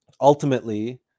ultimately